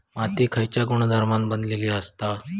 माती खयच्या गुणधर्मान बनलेली असता?